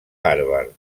harvard